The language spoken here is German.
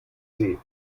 sie